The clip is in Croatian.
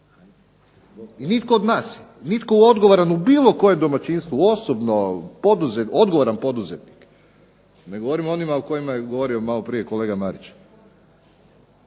I nitko od nas, nitko odgovoran u bilo kojem domaćinstvu osobno, odgovoran poduzetnik, ne govorim o onima o kojima je govorio maloprije kolega Marić,